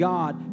God